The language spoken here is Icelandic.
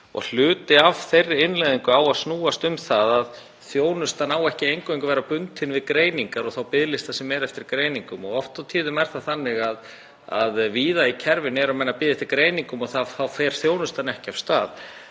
Hluti af þeirri innleiðingu á að snúast um það að þjónustan á ekki eingöngu að vera bundin við greiningar og þá biðlista sem eru eftir greiningum. Oft og tíðum er það þannig að víða í kerfinu eru menn að bíða eftir greiningum og þá fer þjónustan ekki af stað.